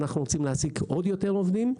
אנחנו רוצים להעסיק עוד יותר עובדים,